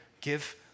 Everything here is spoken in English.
give